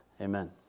Amen